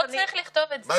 מה